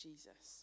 Jesus